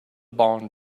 bond